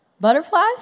Butterflies